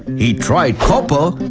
he tried copper,